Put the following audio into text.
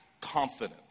confidence